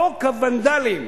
חוק הוונדלים.